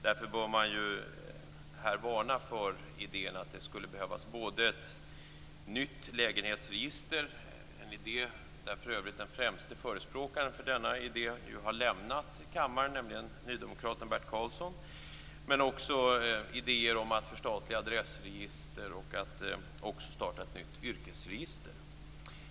Därför bör man varna för idén att det skulle behövas ett nytt lägenhetsregister - dess främste förespråkare för den idén har lämnat riksdagen, nämligen nydemokraten Bert Karlsson - och idéer om att förstatliga adressregister och att starta ett nytt yrkesregister.